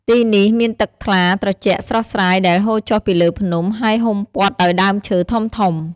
ទីនេះមានទឹកថ្លាត្រជាក់ស្រស់ស្រាយដែលហូរចុះពីលើភ្នំ ហើយហ៊ុំព័ទ្ធដោយដើមឈើធំៗ។